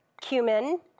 cumin